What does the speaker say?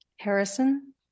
Harrison